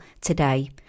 today